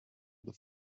bis